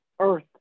earth